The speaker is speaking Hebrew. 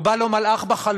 או בא לו מלאך בחלום